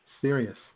serious